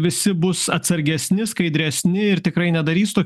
visi bus atsargesni skaidresni ir tikrai nedarys tokių